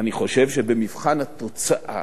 אני חושב שבמבחן התוצאה,